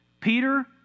Peter